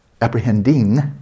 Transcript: apprehending